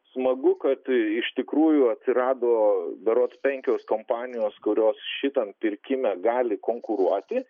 smagu kad iš tikrųjų atsirado berods penkios kompanijos kurios šitam pirkime gali konkuruoti